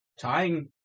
tying